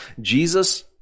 Jesus